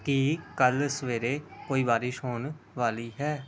ਕੀ ਕੱਲ੍ਹ ਸਵੇਰੇ ਕੋਈ ਬਾਰਿਸ਼ ਹੋਣ ਵਾਲੀ ਹੈ